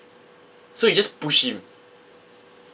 so he just push him